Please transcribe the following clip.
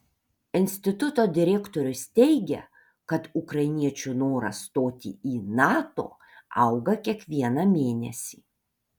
instituto direktorius teigia kad ukrainiečių noras stoti į nato auga kiekvieną mėnesį